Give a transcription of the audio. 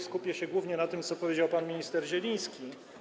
Skupię się głównie na tym, co powiedział pan minister Zieliński.